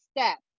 step